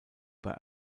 bei